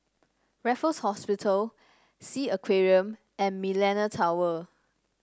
Raffles Hospital Sea Aquarium and Millenia Tower